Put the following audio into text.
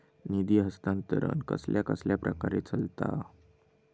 निधी हस्तांतरण कसल्या कसल्या प्रकारे चलता?